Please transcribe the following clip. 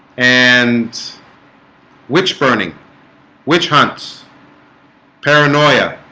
and witch burning witch hunts paranoia